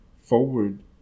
forward